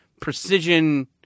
precision